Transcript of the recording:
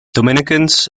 dominicans